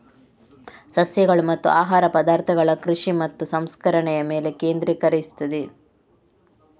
ಸಸ್ಯಗಳು ಮತ್ತು ಆಹಾರ ಪದಾರ್ಥಗಳ ಕೃಷಿ ಮತ್ತು ಸಂಸ್ಕರಣೆಯ ಮೇಲೆ ಕೇಂದ್ರೀಕರಿಸುತ್ತದೆ